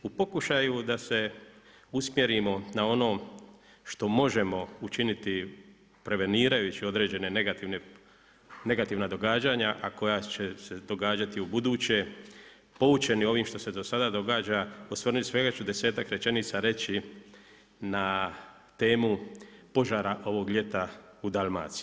U pokušaju da se usmjerimo na ono što možemo učiniti prevenirajući određene negativna događanja, a koja će se događati u buduće poučeni ovim što se do sada događa osvrnut ću se sa svega desetak rečenica reći na temu požara ovog ljeta u Dalmaciji.